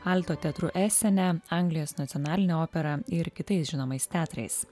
alto teatru esene anglijos nacionaline opera ir kitais žinomais teatrais